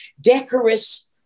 decorous